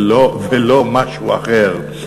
ולא משהו אחר,